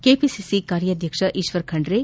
KPCC ಕಾರ್ಯಾಧ್ಯಕ್ಷ ಈಶ್ವರ್ ಖಂಡ್ರೆ